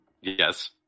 Yes